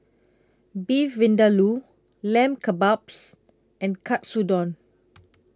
Beef Vindaloo Lamb Kebabs and Katsudon